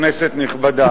כנסת נכבדה,